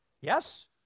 Yes